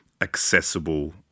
accessible